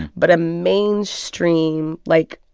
but a mainstream, like,